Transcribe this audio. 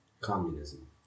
Communism